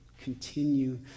continue